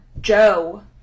Joe